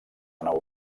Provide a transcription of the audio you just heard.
nou